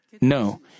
No